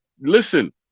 listen